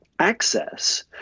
access